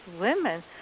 women